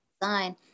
design